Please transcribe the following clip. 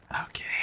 okay